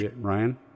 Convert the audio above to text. Ryan